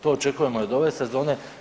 To očekujemo i od ove sezone.